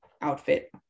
outfit